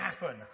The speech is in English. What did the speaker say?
happen